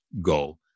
goal